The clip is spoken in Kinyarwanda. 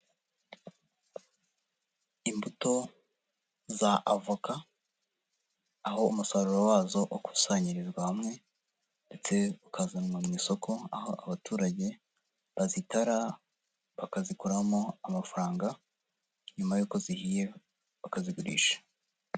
Imbuto z'avoka aho umusaruro wazo wakusanyirizwa hamwe ndetse ukazanwa mu isoko aho abaturage bazitara, bakazikuramo amafaranga nyuma y'uko zihiye bakazigurisha.